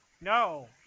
No